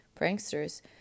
Pranksters